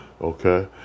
okay